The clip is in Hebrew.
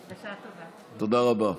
תודה רבה.